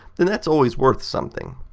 then that is always worth something.